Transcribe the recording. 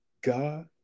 God